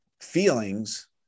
feelings